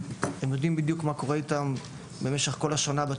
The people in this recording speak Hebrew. הם יודעים בדיוק מה קורה איתם במשך כל השנה.